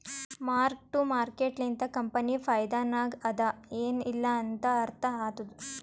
mark to market ಲಿಂತ company ಫೈದಾನಾಗ್ ಅದಾ ಎನ್ ಇಲ್ಲಾ ಅಂತ ಅರ್ಥ ಆತ್ತುದ್